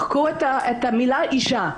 מחקו את המילה "אישה".